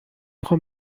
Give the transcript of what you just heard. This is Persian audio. خوام